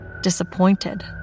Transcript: disappointed